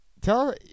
Tell